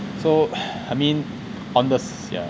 so I mean on this yeah